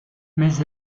mais